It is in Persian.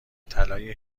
طلای